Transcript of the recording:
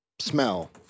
Smell